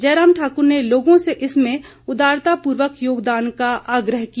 जयराम ठाकुर ने लोगों से इसमें उदारतापूर्वक योगदान का आग्रह किया